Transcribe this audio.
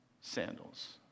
sandals